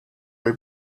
way